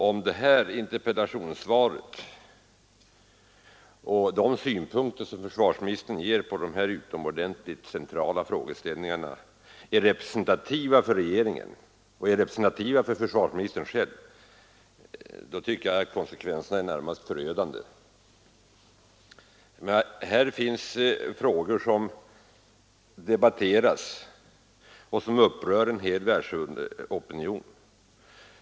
Om interpellationssvaret och de synpunkter på dessa utomordentligt centrala frågeställningar som försvarsministern anför är representativa för regeringen och försvarsministerns uppfattning, tycker jag att konsekvenserna måste bli närmast förödande för flera vitala intressen. Här finns frågor som debatteras och upprör en hel världsopinion.